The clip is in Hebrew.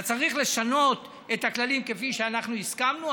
אתה צריך לשנות את הכללים כפי שאנחנו הסכמנו,